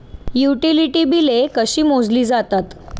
Utility बिले कशी मोजली जातात?